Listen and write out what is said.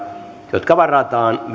jotka varataan